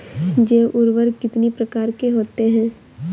जैव उर्वरक कितनी प्रकार के होते हैं?